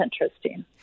interesting